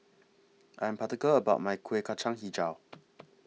I Am particular about My Kueh Kacang Hijau